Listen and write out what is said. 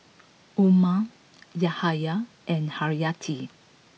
Umar Yahaya and Haryati